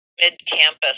mid-campus